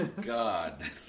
God